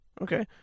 Okay